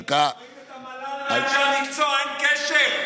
דקה, תפריד את המל"ל מאנשי המקצוע, אין קשר.